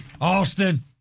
Austin